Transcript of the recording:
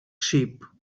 sheep